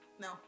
No